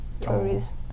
tourists